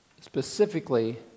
specifically